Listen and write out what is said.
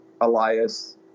Elias